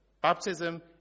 Baptism